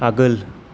आगोल